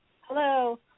Hello